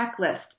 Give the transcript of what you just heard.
checklist